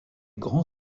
grand